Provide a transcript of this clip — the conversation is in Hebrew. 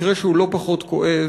מקרה שהוא לא פחות כואב,